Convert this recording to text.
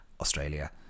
Australia